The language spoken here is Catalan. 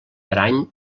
parany